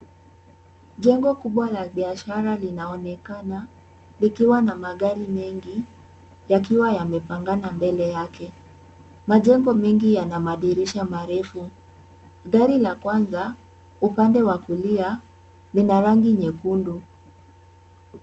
Jengo kubwa la biashara linaonekana likiwa na magari mengi yakiwa yamepangana mbele yake. Majengo mengi yana madirisha marefu. Gari la kwanza upande wa kulia lina rangi nyekundu.